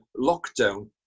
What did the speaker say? lockdown